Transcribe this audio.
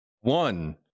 one